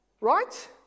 Right